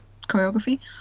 choreography